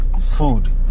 food